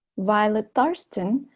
violetta thurstan,